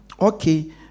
Okay